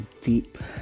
deep